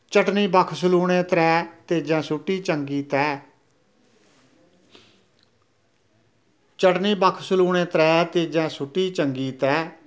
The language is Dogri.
चटनी बक्ख सलूनें त्रै तेजैं सुट्टी चंगी तैह् चटनी बक्ख सलूनें त्रै तेजैं सुट्टी चंगी तैह्